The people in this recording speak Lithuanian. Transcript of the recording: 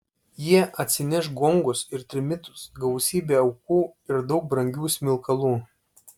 jie atsineš gongus ir trimitus gausybę aukų ir daug brangių smilkalų